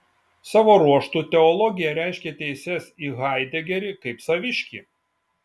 savo ruožtu teologija reiškė teises į haidegerį kaip saviškį